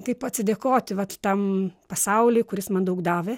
kaip atsidėkoti vat tam pasauliui kuris man daug davė